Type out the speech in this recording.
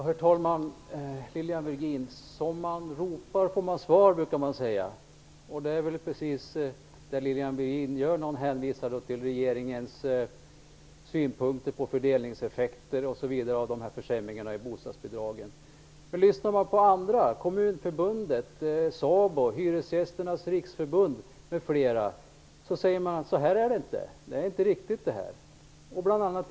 Herr talman! Som man ropar får man svar, brukar man säga. Det är precis vad Lilian Virgin gör när hon hänvisar till regeringens synpunkter på fördelningseffekter osv. av försämringarna av bostadsbidragen. Om man lyssnar på andra - Kommunförbundet, SABO, Hyresgästernas Riksförbund m.fl. - hör man att de säger att det inte är på det här sättet, att detta inte är riktigt.